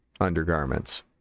undergarments